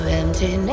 empty